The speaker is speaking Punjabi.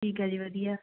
ਠੀਕ ਹੈ ਜੀ ਵਧੀਆ